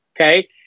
okay